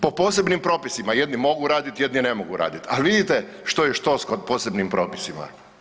Po posebnim propisima jedni mogu radit, jedni ne mogu radit, al vidite što je štos kod posebnim propisima.